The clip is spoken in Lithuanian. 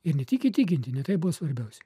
ir ne tik įtikinti ne tai buvo svarbiausia